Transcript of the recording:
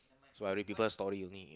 so I read people story only